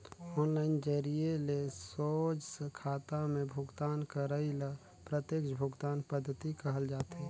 online जरिए ले सोझ खाता में भुगतान करई ल प्रत्यक्छ भुगतान पद्धति कहल जाथे